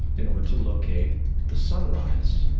in order to locate the sunrise.